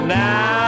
now